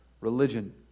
religion